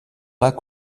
pas